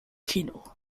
kino